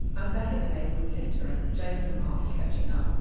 i'm back at the neighbourhood centre, and jason and miles are catching up.